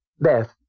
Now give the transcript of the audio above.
Beth